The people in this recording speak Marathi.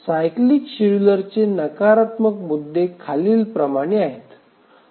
सायक्लीक शेड्यूलरचे नकारात्मक मुद्दे खालीलप्रमाणे आहेत